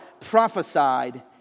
prophesied